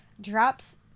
Drops